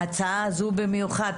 וההצעה הזו במיוחד,